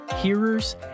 hearers